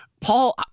Paul